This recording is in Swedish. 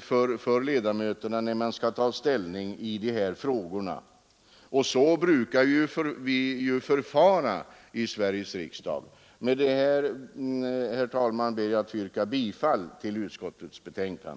för ledamöterna när de skall ta ställning i dessa frågor. Det brukar förfaras så i Sveriges riksdag att vi avvaktar resultaten från en utredning. Herr talman! Med det anförda ber jag att få yrka bifall till utskottets hemställan.